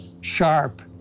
sharp